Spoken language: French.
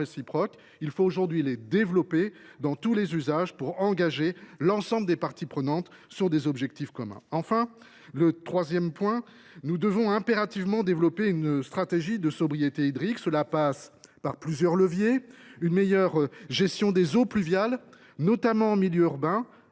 doit être développée quels que soient les usages pour engager l’ensemble des parties prenantes sur des objectifs communs. Troisièmement, nous devons impérativement développer une stratégie de sobriété hydrique. Cela passe par plusieurs leviers : une meilleure gestion des eaux pluviales, notamment en milieu urbain,